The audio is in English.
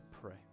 pray